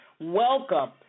welcome